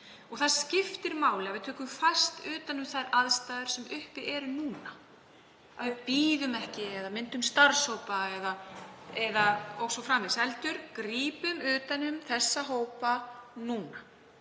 Það skiptir máli að við tökum fast utan um þær aðstæður sem uppi eru núna, að við bíðum ekki eða myndum starfshópa o.s.frv. heldur grípum utan um þessa hópa núna.